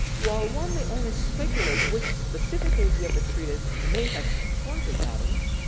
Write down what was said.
while one they only speculate which specific idea of the treaties may have haunted adams,